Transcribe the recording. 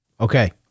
Okay